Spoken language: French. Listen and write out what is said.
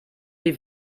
les